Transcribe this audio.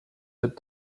cette